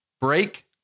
Break